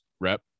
rep